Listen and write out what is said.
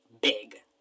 big